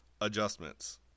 adjustments